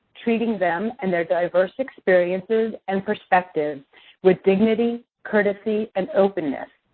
treating them and their diverse experiences and perspectives with dignity, courtesy, and openness,